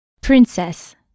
Princess